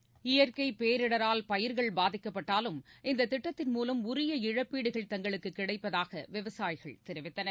seconds இயற்கைப் பேரிடரால் பயிர்கள் பாதிக்கப்பட்டாலும் இந்தத் திட்டத்தின் மூலம் உரிய இழப்பீடுகள் தங்களுக்குக் கிடைப்பதாக விவசாயிகள் தெரிவித்தனர்